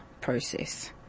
process